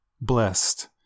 blessed